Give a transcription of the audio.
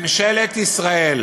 ממשלת ישראל